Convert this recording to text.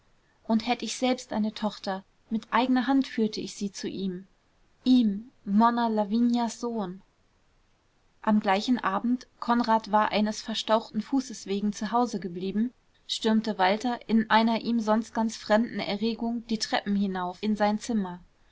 und hätt ich selbst eine tochter mit eigener hand führte ich sie ihm zu ihm monna lavinias sohn am gleichen abend konrad war eines verstauchten fußes wegen zu hause geblieben stürmte walter in einer ihm sonst ganz fremden erregung die treppen hinauf in sein zimmer